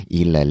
il